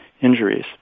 injuries